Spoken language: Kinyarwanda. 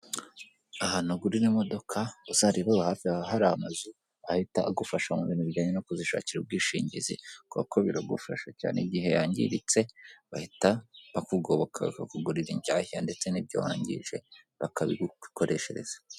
Ahantu ugurira imodoka, uzareba aho hafi haba hari amazu ahita agufasha mu bintu bijyanye no kuzishakira ubwishingizi, kuko biragufasha cyane igihe yangiritse bahita bakugoboka bakakugurira inshyashya, ndetse n'ibyo wangije bakabigukoreshereza.